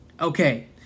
okay